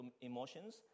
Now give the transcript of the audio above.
emotions